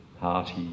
party